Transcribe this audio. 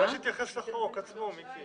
רק שתתייחס לחוק עצמו, מיקי.